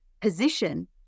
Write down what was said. position